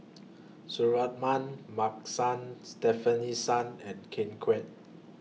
Suratman Markasan Stefanie Sun and Ken Kwek